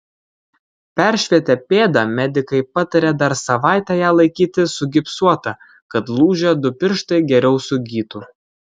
peršvietę pėdą medikai patarė dar savaitę ją laikyti sugipsuotą kad lūžę du pirštai geriau sugytų